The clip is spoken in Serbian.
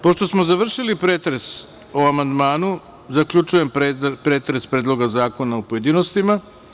Pošto smo završili pretres o amandmanu, zaključujem pretres Predloga zakona u pojedinostima.